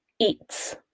eats